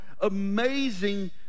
amazing